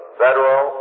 federal